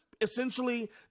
essentially